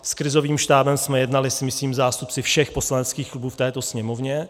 S krizovým štábem jsme jednali, myslím, zástupci všech poslaneckých klubů v této Sněmovně.